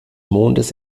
mondes